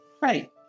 Right